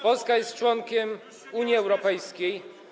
Polska jest członkiem Unii Europejskiej.